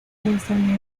muestran